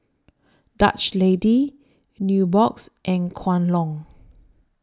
Dutch Lady Nubox and Kwan Loong